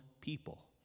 people